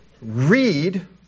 Read